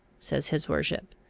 says his worship,